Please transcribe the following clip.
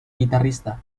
guitarrista